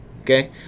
okay